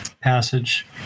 passage